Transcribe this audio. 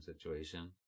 situation